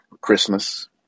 Christmas